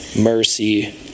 mercy